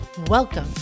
welcome